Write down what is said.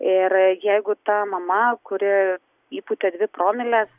ir jeigu ta mama kuri įpūtė dvi promiles